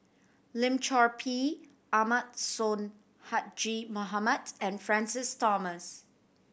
Lim Chor Pee Ahmad Sonhadji Mohamad and Francis Thomas